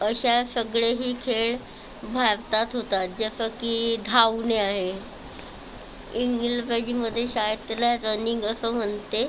अशा सगळेही खेळ भारतात होतात जसं की धावणे आहे इंग्रजी मध्ये शाळेत त्याला रनिंग असं म्हणते